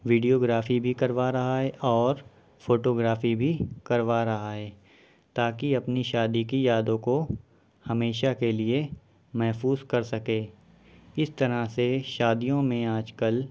videography بھی کروا رہا ہے اور فوٹوگرافی بھی کروا رہا ہے تاکہ اپنی شادی کی یادوں کو ہمیشہ کے لیے محفوظ کر سکے اس طرح سے شادیوں میں آجکل